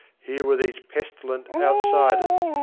here were these pestilent outsiders,